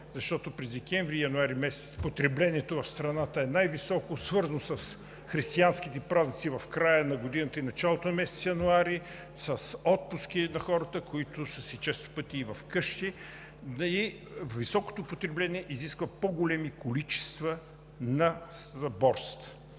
защото през декември и януари месец потреблението в страната е най-високо, свързано с християнските празници в края на годината и началото на месец януари, с отпуски на хората, които често пъти са си вкъщи. Високото потребление изисква по-големи количества на борсата.